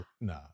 nah